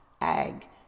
ag